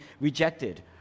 rejected